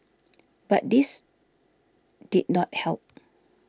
but this did not help